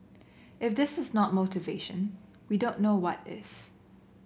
if this is not motivation we don't know what is